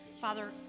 Father